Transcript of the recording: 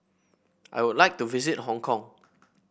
I would like to visit Hong Kong